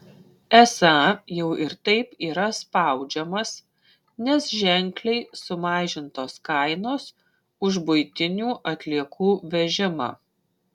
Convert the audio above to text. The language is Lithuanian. esą jau ir taip yra spaudžiamas nes ženkliai sumažintos kainos už buitinių atliekų vežimą